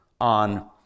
on